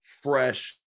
fresh